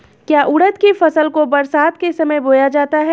क्या उड़द की फसल को बरसात के समय बोया जाता है?